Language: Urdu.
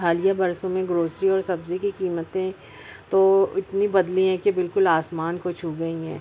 حالیہ برسوں میں گروسری اور سبزی کی قیمتیں تو اتنی بدلی ہے کہ بالکل آسمان کو چھو گئی ہیں